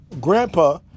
Grandpa